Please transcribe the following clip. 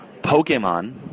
Pokemon